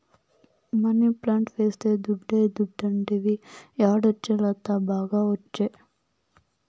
money plant వేస్తే దుడ్డే దుడ్డంటివి యాడొచ్చే లత, బాగా ఒచ్చే